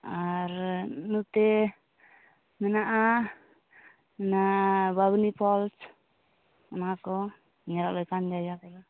ᱟᱨ ᱱᱚᱛᱮ ᱢᱮᱱᱟᱜᱼᱟ ᱵᱟᱵᱱᱤ ᱯᱷᱚᱞᱥ ᱚᱱᱟ ᱠᱚ ᱧᱮᱞᱚᱜ ᱞᱮᱠᱟᱱ ᱡᱟᱭᱜᱟ ᱠᱟᱱᱟ